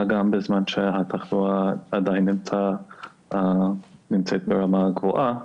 מה גם בזמן שהתחלואה עדיין נמצאת ברמה גבוהה.